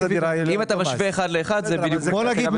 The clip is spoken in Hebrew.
אם אתה משווה אחד לאחד זה בדיוק --- ק בוא נגיד,